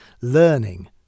learning